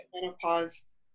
menopause